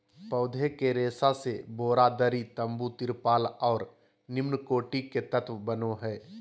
पौधे के रेशा से बोरा, दरी, तम्बू, तिरपाल और निम्नकोटि के तत्व बनो हइ